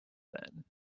then